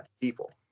people